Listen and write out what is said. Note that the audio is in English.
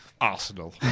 Arsenal